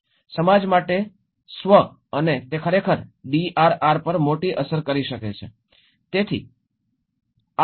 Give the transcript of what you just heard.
સમાજ માટે સ્વ અને તે ખરેખર ડીઆરઆર પર મોટી અસર કરી શકે છે